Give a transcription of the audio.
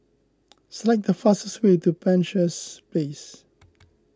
select the fastest way to Penshurst Place